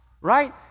right